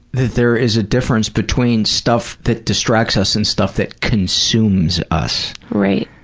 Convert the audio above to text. there is a difference between stuff that distracts us and stuff that consumes us. right.